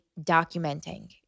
documenting